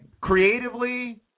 Creatively